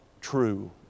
true